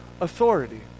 authority